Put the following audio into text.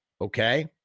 Okay